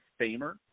Famer